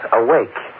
awake